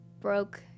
broke